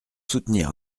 soutenir